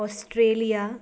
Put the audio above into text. Australia